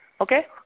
Okay